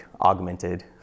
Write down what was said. augmented